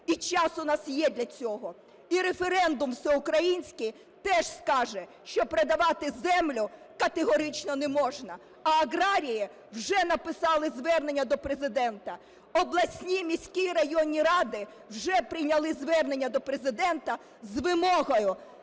і час у нас є для цього. І референдум всеукраїнський теж скаже, що продавати землю категорично не можна. А аграрії вже написали звернення до Президента, обласні і міські районні ради вже прийняли звернення до Президента з вимогою